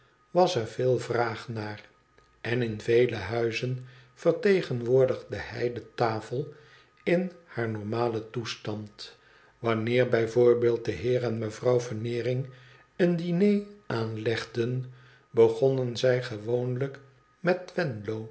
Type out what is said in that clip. was er veel vraag naar en in vele huizen vertegenwoordigde hij de tafel in haar nornalen toestand wanneer bij voorbeeld de heer en mevrouw veneering een diner aanlegden begonnen zij gewoonlijk met